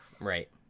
right